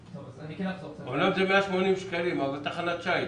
זה 180 שקלים בכל תחנת שיט.